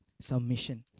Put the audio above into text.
submission